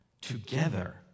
together